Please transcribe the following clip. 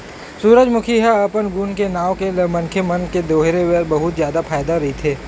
सूरजमूखी ह अपन गुन के नांव लेके मनखे मन के देहे बर बहुत जादा फायदा के रहिथे